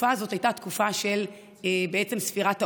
התקופה הזאת הייתה תקופה של ספירת העומר,